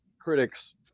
critics